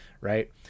right